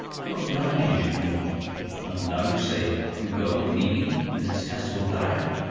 to oblige you and now you say you go and leave me in this detestable barrack.